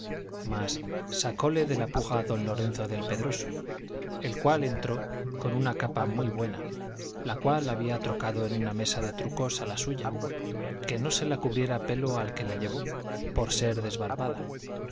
dios mas sacóle de la puja don lorenzo del pedroso el cual entró con una capa muy buena la cual había trocado en una mesa de trucos a la suya que no se la cubriera pelo al que la llevó por ser desbarbada